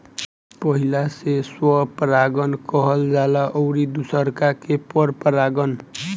पहिला से स्वपरागण कहल जाला अउरी दुसरका के परपरागण